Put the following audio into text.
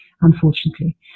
unfortunately